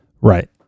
right